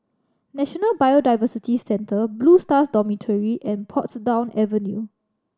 National Biodiversity Centre Blue Stars Dormitory and Portsdown Avenue